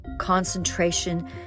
concentration